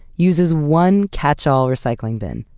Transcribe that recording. uses one catchall recycling bin.